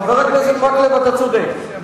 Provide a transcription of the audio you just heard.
חבר הכנסת מקלב, אתה צודק.